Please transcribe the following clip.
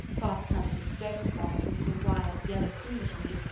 half covered with stone-crop and the little wild yellow fumitory,